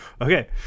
Okay